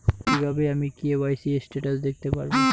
কিভাবে আমি KYC status দেখতে পারবো?